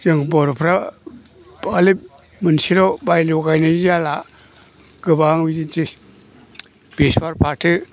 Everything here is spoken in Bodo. जों बर'फ्रा बालेब मोनसेल' माइल' गायनाय जाला गोबां जिनिस बेसर फाथो